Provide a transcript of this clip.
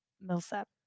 Millsap